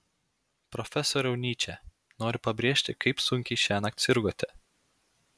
profesoriau nyče noriu pabrėžti kaip sunkiai šiąnakt sirgote